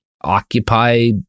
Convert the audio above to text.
occupy